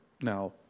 Now